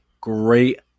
great